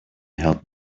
help